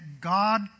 God